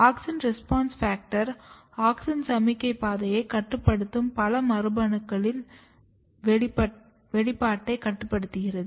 AUXIN RESPONSE FACTOR auxin சமிக்ஞை பாதையை கட்டுப்படுத்தும் பல மரபணுக்களின் வெளிப்பாட்டை கட்டுப்படுத்துகிறது